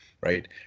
right